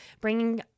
bringing